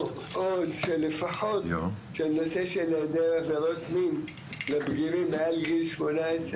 או של לפחות של נושא של היעדר עבירות מין לבגירים מעל גיל 18,